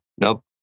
Nope